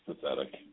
pathetic